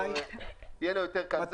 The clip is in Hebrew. יהיה לו יותר קל.